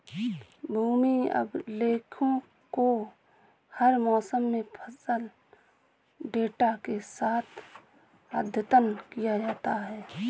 भूमि अभिलेखों को हर मौसम में फसल डेटा के साथ अद्यतन किया जाता है